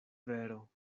vero